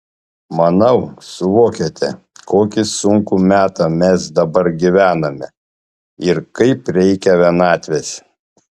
manau suvokiate kokį sunkų metą mes dabar gyvename ir kaip reikia vienatvės